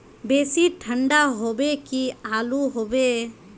बेसी ठंडा होबे की आलू होबे